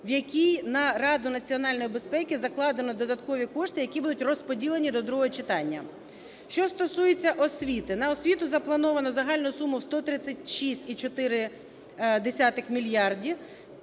в якій на Раду національної безпеки закладено додаткові кошти, які будуть розподілені до другого читання. Що стосується освіти На освіту заплановано загальну суму в 136,4 мільярда.